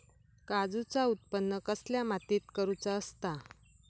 काजूचा उत्त्पन कसल्या मातीत करुचा असता?